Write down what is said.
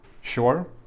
sure